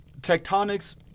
tectonics